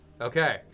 Okay